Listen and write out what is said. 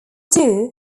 doo